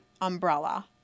umbrella